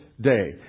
Day